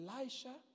Elisha